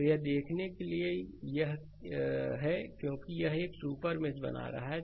तो यह देखने के लिए कि यह एक है क्योंकि यह एक सुपर मेष बना रहा है